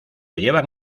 llevan